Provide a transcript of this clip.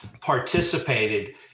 participated